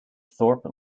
thorpe